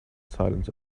silence